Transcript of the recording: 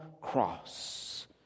cross